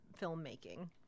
filmmaking